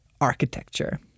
architecture